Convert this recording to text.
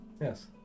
Yes